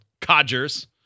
codgers